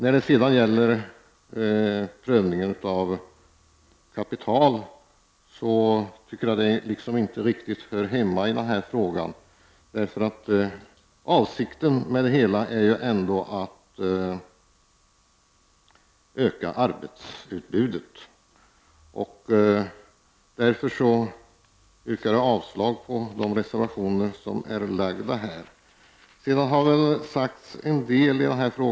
Beträffande prövningen av kapital tycker jag att det inte riktigt hör hemma under den här frågan. Avsikten med det hela är ju ändå att öka arbetsutbudet. Därför yrkar jag avslag på de reservationer som här avgivits.